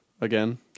Again